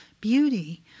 beauty